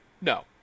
no